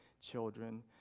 children